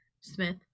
Smith